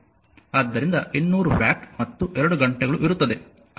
ಆದ್ದರಿಂದ 200 ವ್ಯಾಟ್ ಮತ್ತು 2 ಗಂಟೆಗಳು ಇರುತ್ತದೆ